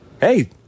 hey